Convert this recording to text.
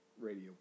radio